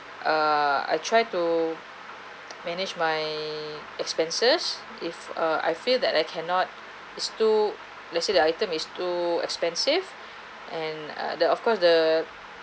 uh I try to manage my expenses if err I feel that I cannot is too let's say the item is too expensive and uh the of course the